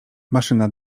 maszyna